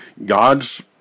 God's